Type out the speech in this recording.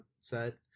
set